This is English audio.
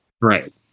Right